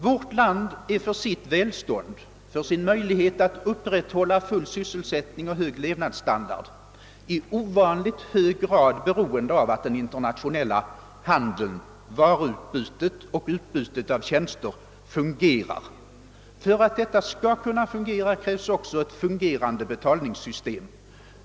Vårt land är för sitt välstånd, för sin möjlighet att upprätthålla full sysselsättning och hög levnadsstandard i ovanligt hög grad beroende av att den internationella handeln — utbytet av varor och tjänster — fungerar. För att detta skall fungera krävs också ett fungerande betalningssystem.